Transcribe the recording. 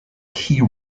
key